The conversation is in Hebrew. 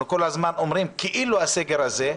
אנחנו כל הזמן אומרים כאילו הסגר הזה,